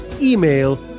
email